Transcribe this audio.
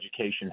education